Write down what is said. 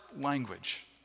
language